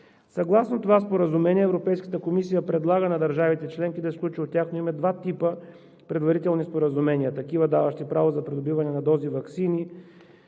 Съгласно това споразумение Европейската комисия предлага на държавите членки да сключва от тяхно име два типа предварителни споразумения. Такива, даващи право за придобиване на дози ваксини,